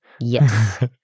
Yes